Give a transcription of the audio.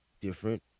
different